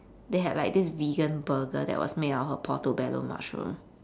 they had this like vegan burger that was made out of portobello mushroom